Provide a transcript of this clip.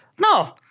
no